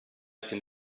can